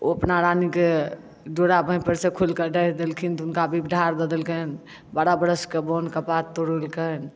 ओ अपना रानी के डोरा बाँहि पर सँ खोलि कऽ डाहि देलखिन तऽ हुनका विपढार दए देलकनि बारह वरष के बन के पात तोरलकनि